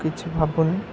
କିଛି ଭାବୁନି